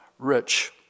rich